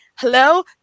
Hello